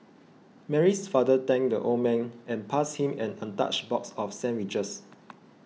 Mary's father thanked the old man and passed him an untouched box of sandwiches